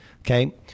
Okay